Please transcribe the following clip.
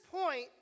point